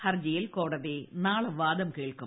ഹർജിയിൽ കോടതി നാളെ വാദം കേൾക്കും